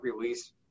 release